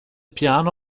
piano